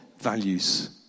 values